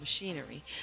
machinery